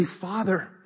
father